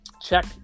check